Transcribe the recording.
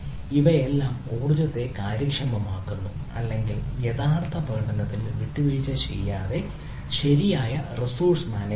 ഇവയെല്ലാം ഊർജ്ജത്തെ കാര്യക്ഷമമാക്കുന്നു അല്ലെങ്കിൽ യഥാർത്ഥ പ്രകടനത്തിൽ വിട്ടുവീഴ്ച ചെയ്യാതെ ശരിയായ റിസോഴ്സ് മാനേജർ ഉണ്ട്